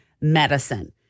medicine